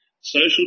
Social